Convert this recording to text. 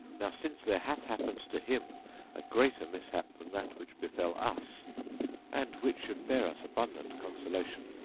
now since there hath hap pened to him a greater mishap than that which befel us and which should bear us abundant consolation,